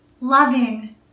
loving